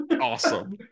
Awesome